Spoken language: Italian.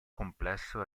complesso